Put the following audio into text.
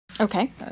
Okay